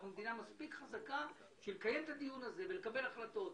אנחנו מדינה מספיק חזקה בשביל לקיים את הדיון הזה ולקבל החלטות.